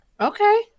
Okay